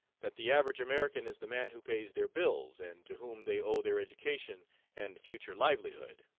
that the average american is the man who pays their bills and to whom they owe their education and future livelihood.